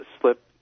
slip